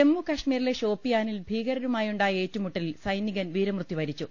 ജമ്മുകശ്മീരിലെ ഷോപ്പിയാനിൽ ഭീകരരുമായുണ്ടായ ഏറ്റുമുട്ടലിൽ സൈനികൻ വീരമൃത്യു വരിച്ചു